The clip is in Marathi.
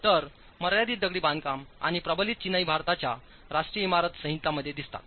तर मर्यादित दगडी बांधकाम आणि प्रबलित चिनाई भारताच्या राष्ट्रीय इमारत संहितामध्ये दिसतात